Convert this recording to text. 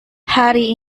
hari